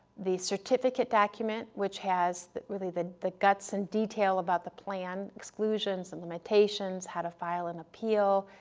the certificate document, which has, really, the the guts and detail about the plan exclusions and limitations, how to file an appeal,